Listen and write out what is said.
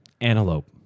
Antelope